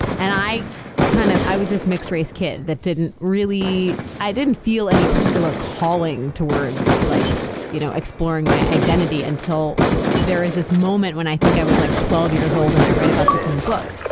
and i kind of i was this mixed-race kid that didn't really. i didn't feel any particular calling towards like you know exploring my identity until there was this moment when i think i was like twelve years old, and i write about this in the book,